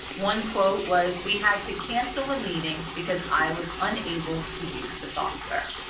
one quote was, we had to cancel a meeting because i was unable to use the software.